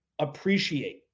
Appreciate